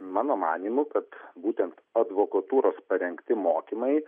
mano manymu kad būtent advokatūros parengti mokymai